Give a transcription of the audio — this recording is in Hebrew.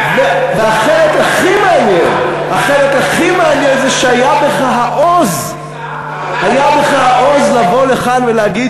החלק הכי מעניין זה שהיה בך העוז לבוא לכאן ולהגיד